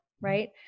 right